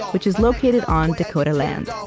which is located on dakota land.